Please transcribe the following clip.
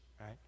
right